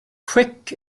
quick